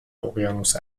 اقیانوس